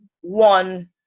one